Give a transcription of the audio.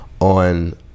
on